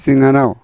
जोंहानाव